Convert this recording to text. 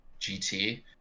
GT